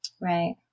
Right